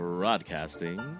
Broadcasting